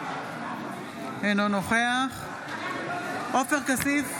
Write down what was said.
אינו נוכח עופר כסיף,